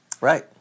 Right